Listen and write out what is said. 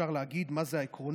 אפשר להגיד מה זה העקרונות: